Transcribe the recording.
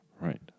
Right